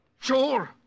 Sure